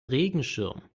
regenschirm